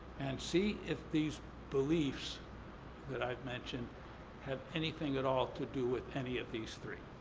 and see if these beliefs that i've mentioned have anything at all to do with any of these three.